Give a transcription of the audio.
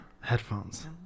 headphones